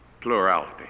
Plurality